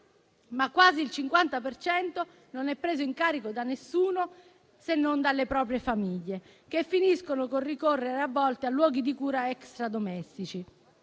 ma quasi il 50 per cento non è preso in carico da nessuno se non dalle proprie famiglie, che finiscono per ricorrere a volte a luoghi di cura extra-domestici.